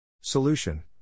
Solution